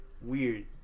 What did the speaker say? weird